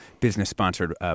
business-sponsored